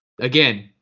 Again